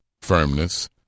firmness